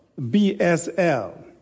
BSL